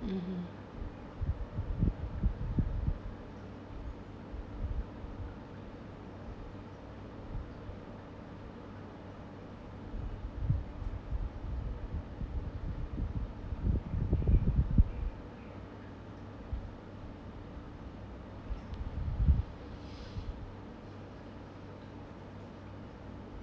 (uh huh)